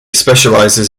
specializes